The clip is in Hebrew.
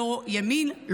לא ימין,